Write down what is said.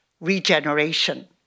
regeneration